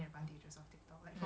right right